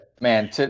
Man